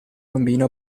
bambino